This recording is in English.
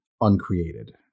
uncreated